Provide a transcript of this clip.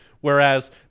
Whereas